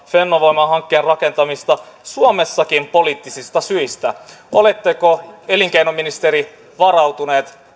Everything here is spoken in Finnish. fennovoima hankkeen rakentamisen suomessakin poliittisista syistä oletteko elinkeinoministeri varautunut